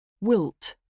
Wilt